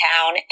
town